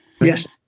Yes